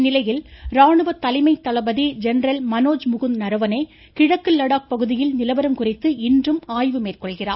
இந்நிலையில் ராணுவ தலைமை தளபதி ஜென்ரல் மனோஜ் முகுந்த் நரவனே கிழக்கு லடாக் பகுதியில் நிலவரம் குறித்து இன்றும் ஆய்வு மேற்கொள்கிறார்